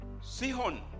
Sihon